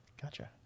Gotcha